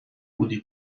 بودی